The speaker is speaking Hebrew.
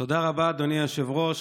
תודה רבה, אדוני היושב-ראש.